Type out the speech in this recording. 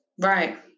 Right